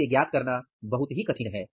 इसे ज्ञात करना बहुत ही मुश्किल है